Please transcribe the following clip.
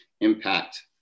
impact